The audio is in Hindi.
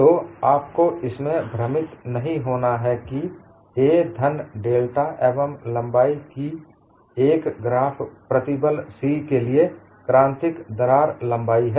तो आपको इसमें भ्रमित नहीं होना है कि a धन डेल्टा एवं लंबाई की एक ग्राफ प्रतिबल c के लिए क्रांतिक दरार लंबाई है